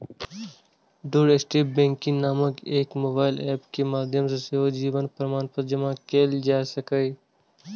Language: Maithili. डोरस्टेप बैंकिंग नामक मोबाइल एप के माध्यम सं सेहो जीवन प्रमाणपत्र जमा कैल जा सकैए